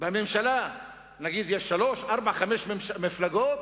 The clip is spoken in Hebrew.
בממשלה נגיד יש שלוש, ארבע, חמש מפלגות.